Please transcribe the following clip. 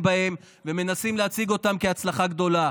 בהם ומנסים להציג אותם כהצלחה גדולה.